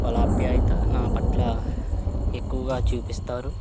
వాళ్ళ ఆప్యాయత నా పట్ల ఎక్కువగా చూపిస్తారు